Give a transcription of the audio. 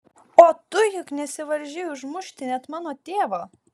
o tu juk nesivaržei užmušti net mano tėvą